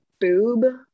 boob